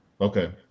Okay